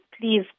please